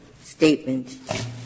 statement